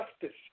justice